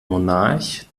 monarch